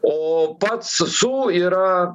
o pats su yra